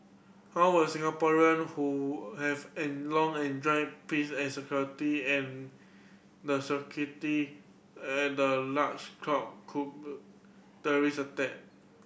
how will Singaporean who have an long enjoyed peace and security and the security at the large cope cube terrorist attack